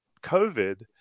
COVID